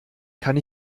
kann